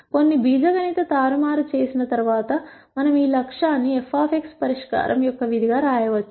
కొన్ని బీజగణిత తారుమారు చేసిన తరువాత మనం ఈ లక్ష్యాన్ని f పరిష్కారం యొక్క విధిగా వ్రాయవచ్చు